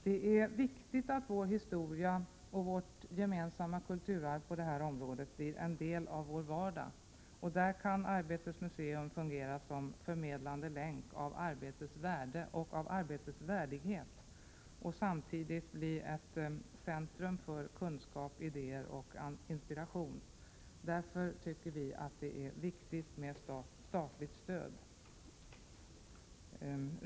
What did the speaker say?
Det är viktigt att vår historia och vårt gemensamma kulturarv på detta område blir en del av vår vardag, och där kan Arbetets museum fungera som förmedlande länk beträffande arbetets värde och arbetets värdighet och samtidigt bli ett centrum för kunskaper, idéer och inspiration. Därför tycker vi att det är viktigt med statligt stöd.